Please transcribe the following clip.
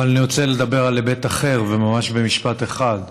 אבל אני רוצה לדבר על היבט אחר, וממש במשפט אחד.